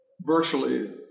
virtually